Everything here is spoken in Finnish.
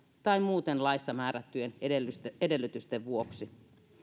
tai muuten laissa määrättyjen edellytysten edellytysten vuoksi